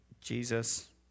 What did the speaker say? Jesus